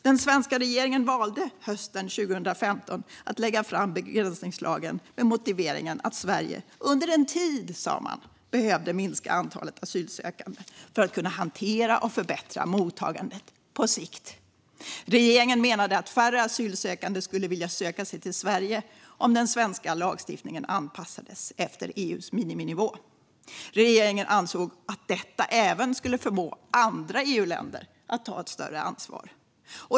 Den svenska regeringen valde hösten 2015 att lägga fram begränsningslagen, med motiveringen att Sverige - under en tid, sa man - behövde minska antalet asylsökande för att kunna hantera och förbättra mottagandet på sikt. Regeringen menade att färre asylsökande skulle vilja söka sig till Sverige om den svenska lagstiftningen anpassades till EU:s miniminivå. Regeringen ansåg att detta även skulle förmå andra EU-länder att ta ett större ansvar.